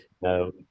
No